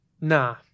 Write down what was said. nah